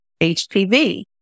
HPV